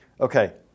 Okay